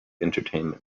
entertainment